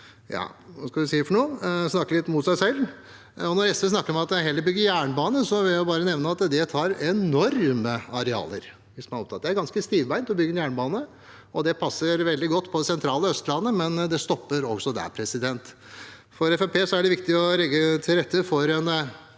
Når SV snakker om at de heller vil bygge jernbane, vil jeg bare nevne at det tar enorme arealer. Det er ganske stivbeint å bygge en jernbane, og det passer veldig godt på det sentrale Østlandet, men det stopper der. For Fremskrittspartiet er det viktig å legge til rette for